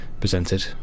presented